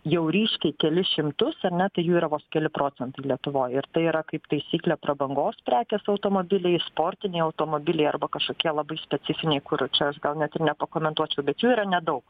jau ryškiai kelis šimtus ar ne tai jų yra vos keli procentai lietuvoj ir tai yra kaip taisyklė prabangos prekės automobiliai sportiniai automobiliai arba kažkokie labai specifiniai kur čia aš gal net ir nepakomentuočiau bet jų yra nedaug